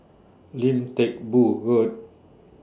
Lim Teck Boo Road